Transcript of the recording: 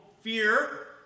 fear